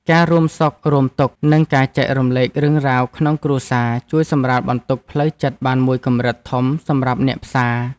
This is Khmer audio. ការរួមសុខរួមទុក្ខ និងការចែករំលែករឿងរ៉ាវក្នុងគ្រួសារជួយសម្រាលបន្ទុកផ្លូវចិត្តបានមួយកម្រិតធំសម្រាប់អ្នកផ្សារ។